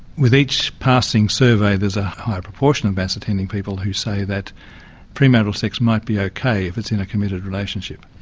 with each passing survey there's a higher proportion of mass-attending people who say that premarital sex might be okay if it's in a committed relationship.